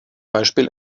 beispiel